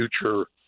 future